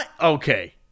Okay